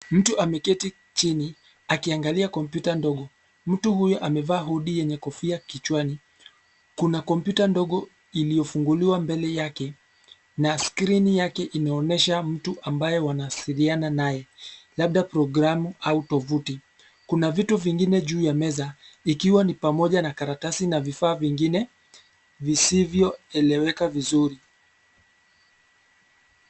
Mtu ameketi, chini, akiangalia kompyuta ndogo, mtu huyo amevaa hood yenye kofia kichwani, kuna kompyuta ndogo, iliyofunguliwa mbele yake, na skrini yake inaonyesha mtu ambaye wanawasiliana naye, labda programu au tovuti, kuna vitu vingine juu ya meza, ikiwa ni pamoja na karatasi na vifaa vingine, visivyoeleweka vizuri.